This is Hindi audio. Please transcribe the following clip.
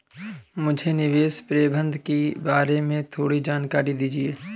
मुझे निवेश प्रबंधन के बारे में थोड़ी जानकारी दीजिए